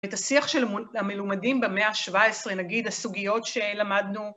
את השיח של המלומדים במאה ה-17, נגיד הסוגיות שלמדנו.